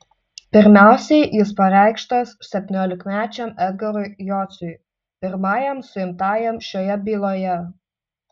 pirmiausiai jis pareikštas septyniolikmečiam edgarui jociui pirmajam suimtajam šioje byloje